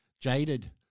Jaded